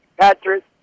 Patrick